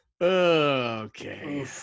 Okay